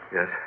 Yes